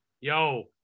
Yo